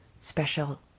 special